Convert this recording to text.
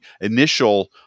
initial